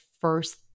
first